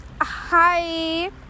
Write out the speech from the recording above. hi